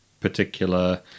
particular